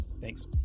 thanks